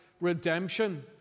redemption